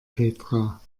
petra